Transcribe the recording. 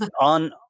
On